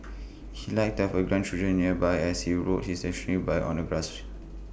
he liked to have grandchildren nearby as he rode his stationary bike on the grass she